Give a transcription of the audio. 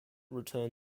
return